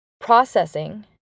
Processing